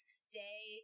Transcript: stay